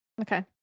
Okay